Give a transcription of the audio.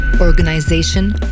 organization